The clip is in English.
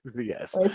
yes